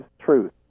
truth